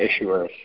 issuers